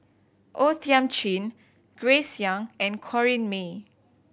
O Thiam Chin Grace Young and Corrinne May